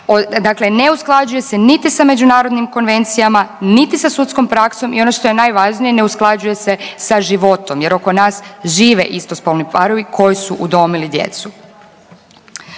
Dakle, ne usklađuje se niti sa međunarodnim konvencijama, niti sa sudskom praksom i ono što je najvažnije ne usklađuje se sa životom jer ono nas žive istospolni parovi koji su udomili djecu.